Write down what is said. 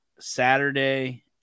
saturday